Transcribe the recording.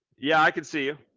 yeah, i can see you.